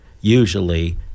usually